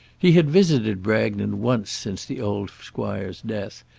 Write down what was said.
he had visited bragton once since the old squire's death,